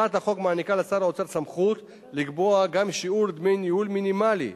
הצעת החוק מעניקה לשר האוצר סמכות לקבוע גם שיעור דמי ניהול מינימלי,